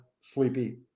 sleepy